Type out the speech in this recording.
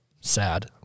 sad